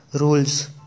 rules